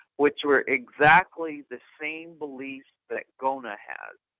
which were exactly the same beliefs that gona has.